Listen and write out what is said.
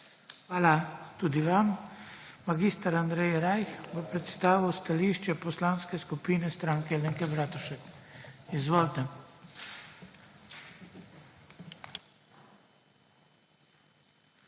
Hvala tudi vam. Mag. Andrej Rajh bo predstavil stališče Poslanske skupine Stranke Alenke Bratušek. Izvolite.